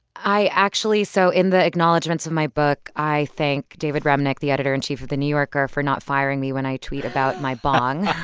i actually so in the acknowledgements of my book, i thank david remnick, the editor-in-chief of the new yorker, for not firing me when i tweet about my bong